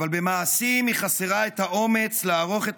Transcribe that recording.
אבל במעשים חסר לה האומץ לערוך את